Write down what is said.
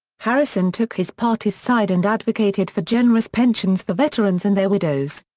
harrison took his party's side and advocated for generous pensions for veterans and their widows.